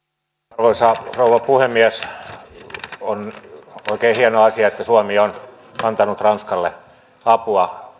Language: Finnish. arvoisa rouva puhemies on oikein hieno asia että suomi on antanut ranskalle apua